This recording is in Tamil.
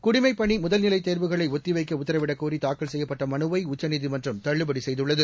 குடிமைப்பணி முதல்நிலை தேவுகளை ஒத்தி வைக்க உத்தரவிடக்கோரி தாக்கல் செய்யப்பட்ட மனுவை உச்சநீதிமன்றம் தள்ளுபடி செய்துள்ளது